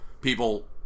people